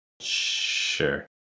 Sure